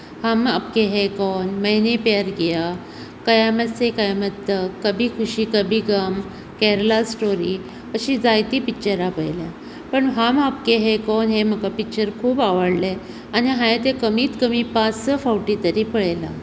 हम Aapke Hain Koun Maine Pyar Kiya Qayamat Se Qayamat Tak Kabhi Khushi Kabhie Gham Kerala story अशीं जायतीं पिक्चरां पळयल्यात पण हम आपके हे कौन हें म्हाका पिक्चर खूब आवडलें आनी हांवें तें कमीत कमीत पांच स फावटी तरी पळयलां